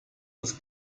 das